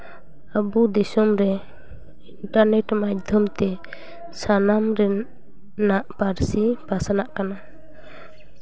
ᱟᱵᱚ ᱫᱤᱥᱚᱢ ᱨᱮ ᱤᱱᱴᱟᱨᱱᱮᱴ ᱢᱟᱫᱽᱫᱷᱚᱢ ᱛᱮ ᱥᱟᱱᱟᱢ ᱨᱮᱱᱟᱜ ᱯᱟᱹᱨᱥᱤ ᱯᱟᱥᱱᱟᱜ ᱠᱟᱱᱟ